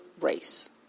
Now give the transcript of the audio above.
race